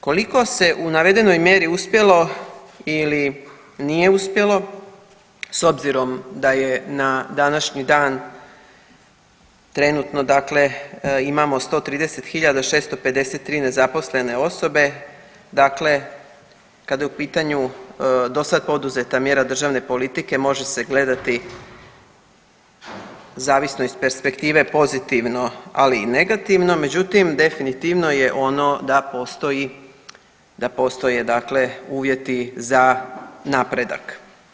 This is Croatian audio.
Koliko se u navedenoj mjeri uspjelo ili nije uspjelo s obzirom da je na današnji dan trenutno dakle imamo 130 653 nezaposlene osobe, dakle, kada je u pitanju dosad poduzeta mjera državne politike, može se gledati zavisno iz perspektive, pozitivno, ali i negativno, međutim definitivno je ono da postoje dakle uvjeti za napredak.